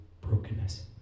brokenness